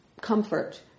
comfort